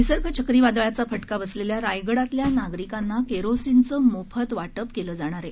निसर्ग चक्रीवादळाचा फटका बसलेल्या रायगडातल्या नागरिकांना केरोसिनचे मोफत वाटप केले जाणार आहे